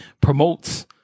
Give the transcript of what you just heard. promotes